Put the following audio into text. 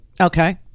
okay